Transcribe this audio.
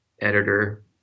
editor